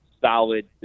solid